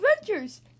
adventures